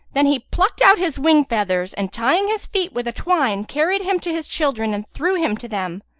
then he plucked out his wing feathers and, tying his feet with a twine, carried him to his children and threw him to them.